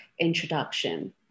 introduction